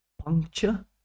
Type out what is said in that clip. puncture